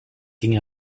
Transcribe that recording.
ging